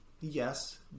yes